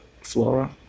flora